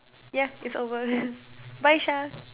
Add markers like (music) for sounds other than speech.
yeah it's over (laughs) bye Shah